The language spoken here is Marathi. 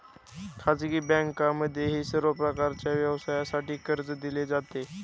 खाजगी बँकांमध्येही सर्व प्रकारच्या व्यवसायासाठी कर्ज दिले जाते